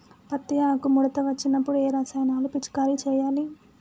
పత్తి ఆకు ముడత వచ్చినప్పుడు ఏ రసాయనాలు పిచికారీ చేయాలి?